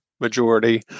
majority